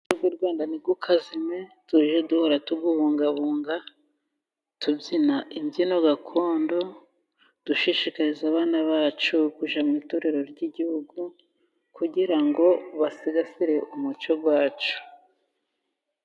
Umuco w'u Rwanda ntukazime tujye duhora tuwubungabunga tubyina imbyino gakondo, dushishikariza abana bacu kujya mu itorero ry'igihugu, kugira ngo basigasire umuco wacu.